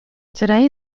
today